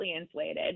inflated